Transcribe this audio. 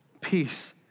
Peace